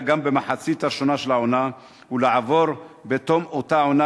גם במחצית הראשונה של העונה ולעבור בתום אותה עונה.